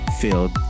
filled